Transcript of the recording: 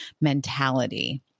mentality